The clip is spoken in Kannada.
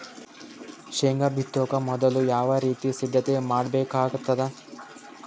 ಶೇಂಗಾ ಬಿತ್ತೊಕ ಮೊದಲು ಯಾವ ರೀತಿ ಸಿದ್ಧತೆ ಮಾಡ್ಬೇಕಾಗತದ?